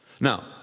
Now